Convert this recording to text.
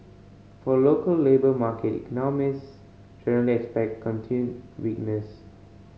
for the local labour market economist generally expect continued weakness